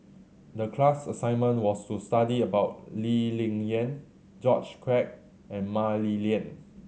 the class assignment was to study about Lee Ling Yen George Quek and Mah Li Lian